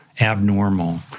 abnormal